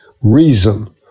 reason